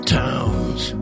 towns